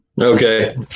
Okay